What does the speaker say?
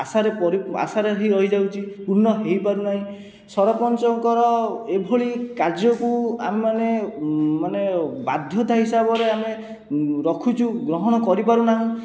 ଆଶାରେ ଆଶାରେ ହିଁ ରହିଯାଉଛି ପୂର୍ଣ୍ଣ ହୋଇ ପାରୁନାହିଁ ସରପଞ୍ଚଙ୍କର ଏଭଳି କାର୍ଯ୍ୟକୁ ଆମେମାନେ ମାନେ ବାଧ୍ୟତା ହିସାବରେ ଆମେ ରଖୁଛୁ ଗ୍ରହଣ କରିପାରୁ ନାହୁଁ